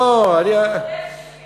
לא, אני, ועוד איך שכן.